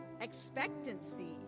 Expectancy